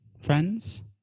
friends